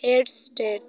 ᱦᱮᱰᱥᱴᱨᱮᱴ